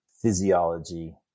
physiology